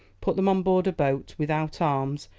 put them on board a boat, without arms,